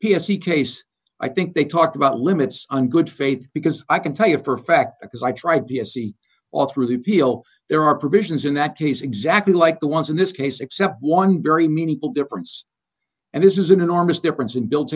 c case i think they talked about limits on good faith because i can tell you a perfect because i tried the s c all through the appeal there are provisions in that case exactly like the ones in this case except one very meaningful difference and this is an enormous difference in buil